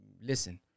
listen